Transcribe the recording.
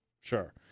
sure